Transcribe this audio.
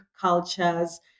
cultures